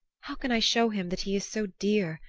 how can i show him that he is so dear,